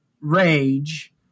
rage